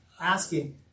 asking